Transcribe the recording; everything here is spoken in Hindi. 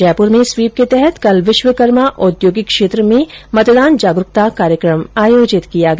जयपुर में स्वीप के तहत कल विश्वकर्मा औद्योगिक क्षेत्र में मतदान जागरूकता कार्यक्रम आयोजित किया गया